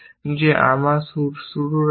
যে আমার শুরু রাষ্ট্র